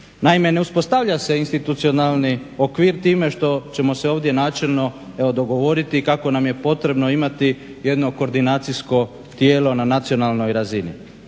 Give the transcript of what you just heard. Naime, ne uspostavlja se institucionalni okvir time što ćemo se ovdje načelno evo dogovoriti kako nam je potrebno imati jedno koordinacijsko tijelo na nacionalnoj razini.